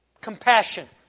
compassion